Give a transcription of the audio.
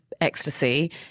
ecstasy